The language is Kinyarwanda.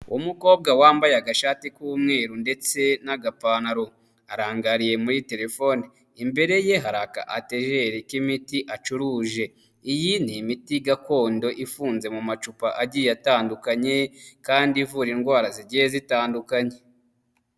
Umukobwa wambaye agashati k'umweru ndetse n'agapantaro, arangariye muri telefone, imbere ye hari aka atajeri k'imiti acuruje, iyi ni imiti gakondo ifunze mu macupa agiye atandukanye kandi ivura indwara zigiye zitandukanye.